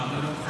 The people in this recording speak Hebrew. בלשון המעטה.